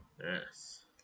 Yes